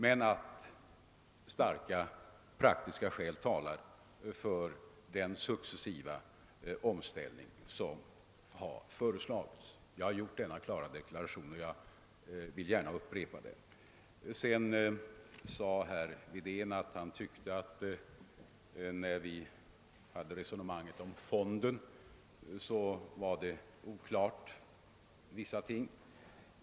Men jag har också framhållit att starka praktiska skäl talar för den successiva omställning som har föreslagits. Jag vill gärna upprepa denna klara deklaration. Herr Wedén tyckte att resonemanget om fonden i vissa stycken var oklart.